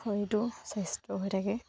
শৰীৰটো সুস্বাস্থ্য হৈ থাকে